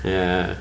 ya